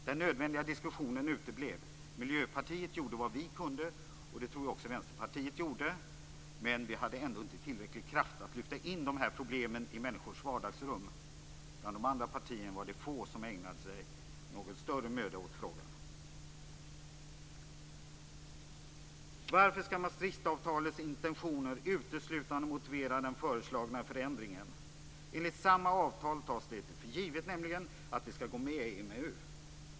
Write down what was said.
Den nödvändiga diskussionen uteblev. Vi i Miljöpartiet gjorde vad vi kunde, och det tror jag också att Vänsterpartiet gjorde. Men vi hade inte tillräcklig kraft att lyfta in de här problemen i människors vardagsrum. Bland de andra partierna var det få som ägnade någon större möda åt frågan. Varför skall Maastrichtfördragets intentioner uteslutande motivera den föreslagna förändringen? Enligt samma avtal tas det nämligen för givet att vi skall gå med i EMU.